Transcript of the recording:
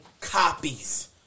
copies